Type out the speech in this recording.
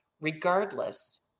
regardless